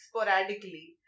sporadically